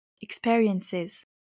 experiences